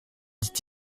dit